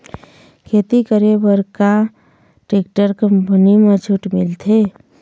खेती करे बर का टेक्टर कंपनी म छूट मिलथे?